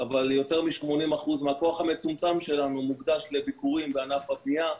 אבל יותר מ-80% מהכוח המצומצם שלנו מוקדש לביקורים בענף הבנייה.